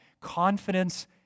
confidence